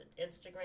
Instagram